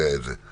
יודע את זה.